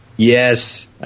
Yes